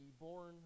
born